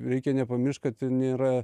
reikia nepamiršt kad nėra